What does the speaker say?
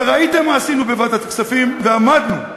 וראיתם מה עשינו בוועדת הכספים, ועמדנו,